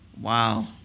wow